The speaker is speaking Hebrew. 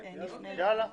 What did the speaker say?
נכון.